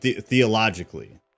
theologically